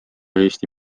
eesti